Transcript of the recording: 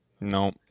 No